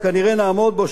שכנראה נעמוד בו,